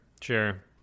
sure